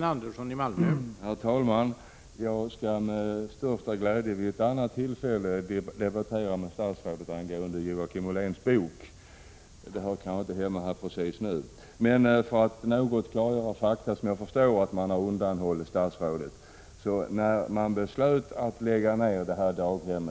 Herr talman! Jag skall med största glädje vid ett annat tillfälle debattera Joakim Olléns bok med statsrådet, men den hör kanske inte till saken just nu. För att något klargöra fakta, som jag förstår att man har undanhållit statsrådet, kan jag tala om att när man beslöt att lägga ner detta daghem